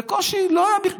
בקושי, לא היו.